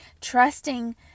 trusting